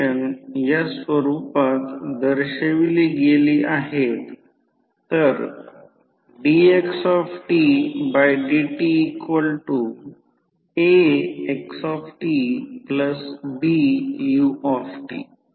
म्हणून त्या बाबतीत जर असे गृहीत धरले की कोणतेही लॉसेस झाले नाही तर ते V1 V2 N1 N2 करू शकतो येथे ते E1 E2 N1 N2 आहे